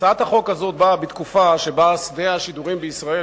הצעת החוק הזאת באה בתקופה שבה שדה השידורים בישראל,